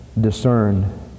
discern